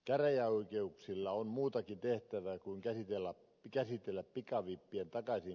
käräjäoikeuksilla on muutakin tehtävää kuin käsitellä pikavippien takaisinmaksua